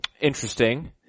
Interesting